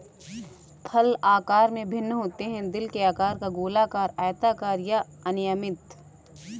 फल आकार में भिन्न होते हैं, दिल के आकार का, गोलाकार, आयताकार या अनियमित